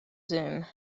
zoom